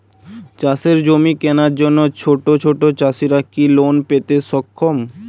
চাষের জমি কেনার জন্য ছোট চাষীরা কি লোন পেতে সক্ষম?